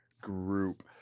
group